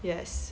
yes